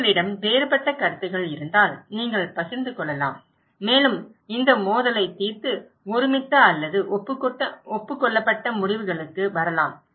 உங்களிடம் வேறுபட்ட கருத்துகள் இருந்தால் நீங்கள் பகிர்ந்து கொள்ளலாம் மேலும் இந்த மோதலைத் தீர்த்து ஒருமித்த அல்லது ஒப்புக்கொள்ளப்பட்ட முடிவுகளுக்கு வரலாம்